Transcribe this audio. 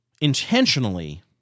intentionally